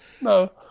No